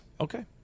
Okay